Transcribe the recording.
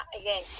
again